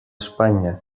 espanya